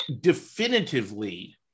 definitively